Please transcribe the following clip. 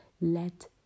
Let